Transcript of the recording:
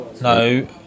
No